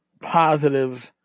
positives